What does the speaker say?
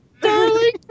darling